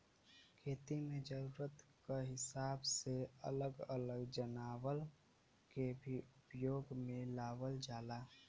खेती में जरूरत क हिसाब से अलग अलग जनावर के भी उपयोग में लावल जाला